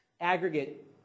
aggregate